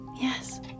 Yes